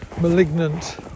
malignant